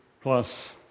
plus